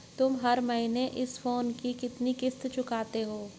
तुम हर महीने इस फोन की कितनी किश्त चुकाते हो?